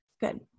Good